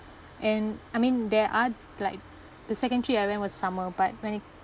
and I mean there are like the second trip I went was summer but when it